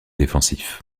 défensif